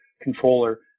controller